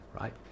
right